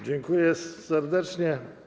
Dziękuję serdecznie.